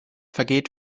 vergeht